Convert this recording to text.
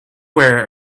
where